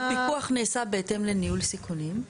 הפיקוח נעשה בהתאם לניהול סיכונים.